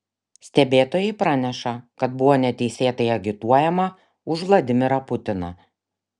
stebėtojai praneša kad buvo neteisėtai agituojama už vladimirą putiną